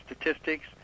statistics